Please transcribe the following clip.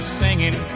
singing